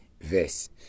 verse